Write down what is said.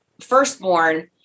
firstborn